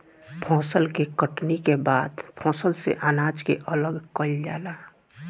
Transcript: फसल के कटनी के बाद फसल से अनाज के अलग कईल जाला